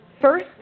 First